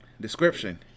description